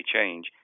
change